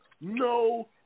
no